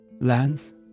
lands